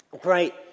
great